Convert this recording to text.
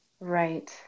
Right